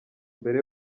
mbere